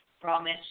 Promise